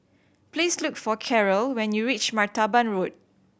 please look for Caryl when you reach Martaban Road